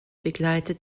begleitet